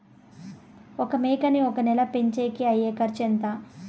ఒక మేకని ఒక నెల పెంచేకి అయ్యే ఖర్చు ఎంత?